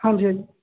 ਹਾਂਜੀ ਹਾਂਜੀ